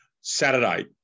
Saturday